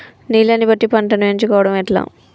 నీళ్లని బట్టి పంటను ఎంచుకోవడం ఎట్లా?